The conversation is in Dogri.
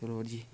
चलो जी